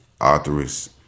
authors